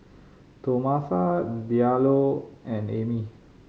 Tomasa Diallo and Emmy